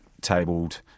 tabled